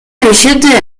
billete